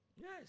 Yes